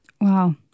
wow